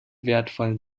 wertvollen